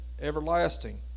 everlasting